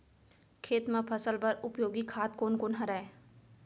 खेत म फसल बर उपयोगी खाद कोन कोन हरय?